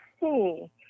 see